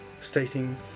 stating